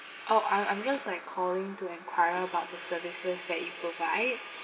oh I'm I'm just like calling to enquire about the services that you provide